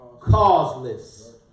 causeless